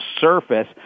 surface